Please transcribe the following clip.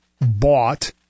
bought